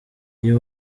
iyo